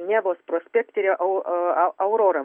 nevos prospekte a aurora